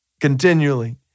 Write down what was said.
continually